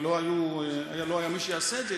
כי לא היה מי שיעשה את זה,